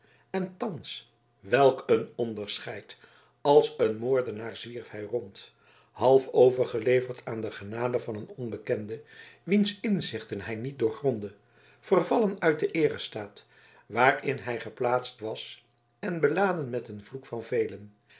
en thans welk een onderscheid als een moordenaar zwierf hij rond half overgeleverd aan de genade van een onbekende wiens inzichten hij niet doorgrondde vervallen uit den eerestaat waarin hij geplaatst was en beladen met den vloek van velen